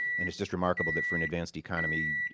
and it's just remarkable that for an advanced economy,